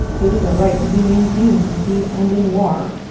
it is a right to be maintained in peace and in war.